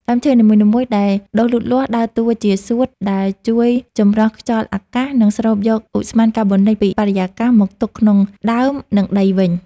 ដើមឈើនីមួយៗដែលដុះលូតលាស់ ដើរតួជា សួត ដែលជួយចម្រោះខ្យល់អាកាស និងស្រូបយកឧស្ម័នកាបូនិកពីបរិយាកាសមកទុកក្នុងដើម និងដីវិញ។